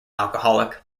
alcoholic